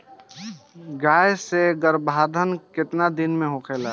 गाय के गरभाधान केतना दिन के होला?